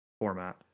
format